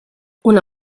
una